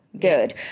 Good